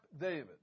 David